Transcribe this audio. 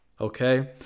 okay